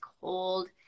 cold